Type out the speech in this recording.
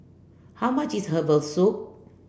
how much is herbal soup